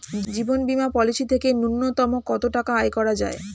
জীবন বীমা পলিসি থেকে ন্যূনতম কত টাকা আয় করা যায়?